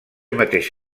mateix